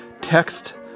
text